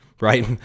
right